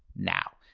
now,